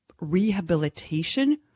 rehabilitation